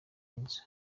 nzu